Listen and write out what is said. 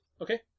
Okay